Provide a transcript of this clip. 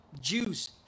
jews